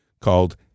called